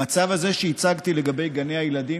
המצב שהצגתי לגבי גני הילדים,